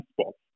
spots